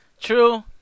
True